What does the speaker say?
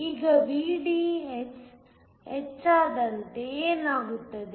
ಈಗ VDS ಹೆಚ್ಚಾದಂತೆ ಏನಾಗುತ್ತದೆ